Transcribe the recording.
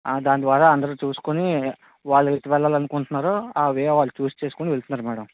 దాని ద్వారా అందరూ చూసుకొని వాళ్ళు ఎటు వెళ్ళాలని అనుకుంటున్నారో ఆ వే వాళ్ళు చూస్ చేసుకొని వెళుతున్నారు మేడమ్